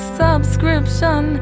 subscription